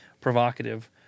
provocative